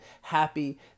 happy